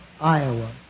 Iowa